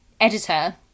editor